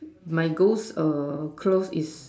my girl's err clothes is